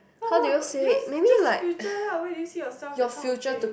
wha~ what about yes just future lah where do you see yourself that kind of thing